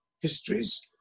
histories